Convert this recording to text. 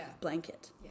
blanket